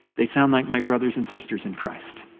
they sound like my brothers and sisters in christ.